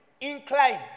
incline